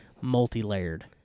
multi-layered